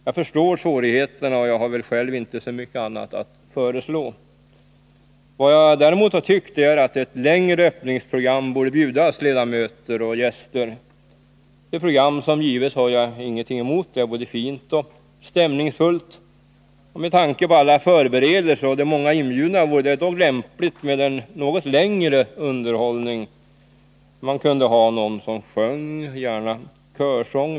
Jag förstår svårigheterna, och jag har väl själv inte så mycket annat att föreslå. Däremot har jag tyckt att ett längre öppningsprogram borde bjudas ledamöter och gäster. Det program som givits har jag ingenting emot, det är både fint och stämningsfullt. Med tanke på alla förberedelser och de många inbjudna vore det dock lämpligt med en något längre underhållning. Man kunde ha någon som sjöng, gärna körsång.